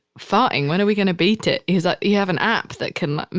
farting? when are we going to beat it? he's like, you have an app that can,